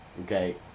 okay